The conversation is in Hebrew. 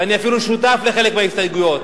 ואני אפילו שותף לחלק מההסתייגויות,